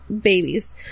babies